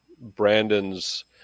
brandon's